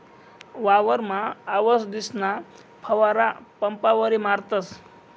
वावरमा आवसदीसना फवारा पंपवरी मारतस